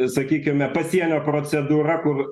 sakykime pasienio procedūra kur